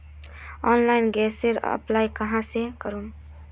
Online गैसेर apply कहाँ से करूम?